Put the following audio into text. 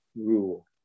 rule